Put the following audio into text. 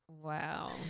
Wow